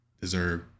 deserve